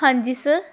ਹਾਂਜੀ ਸਰ